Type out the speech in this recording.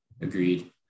agreed